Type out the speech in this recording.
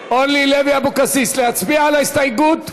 אורלי לוי אבקסיס, להצביע על ההסתייגות?